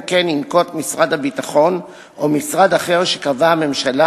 כן ינקוט משרד הביטחון או משרד אחר שקבעה הממשלה,